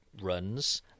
runs